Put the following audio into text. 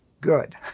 good